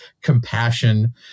compassion